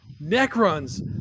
Necrons